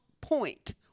point